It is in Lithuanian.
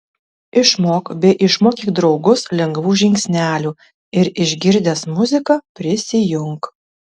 išmok bei išmokyk draugus lengvų žingsnelių ir išgirdęs muziką prisijunk